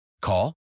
Call